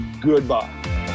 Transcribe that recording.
goodbye